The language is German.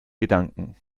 gedanken